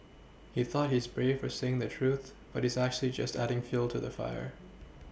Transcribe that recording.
he thought he's brave for saying the truth but he's actually just adding fuel to the fire